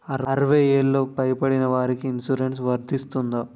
అరవై ఏళ్లు పై పడిన వారికి ఇన్సురెన్స్ వర్తిస్తుందా?